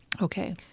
Okay